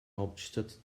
hauptstadt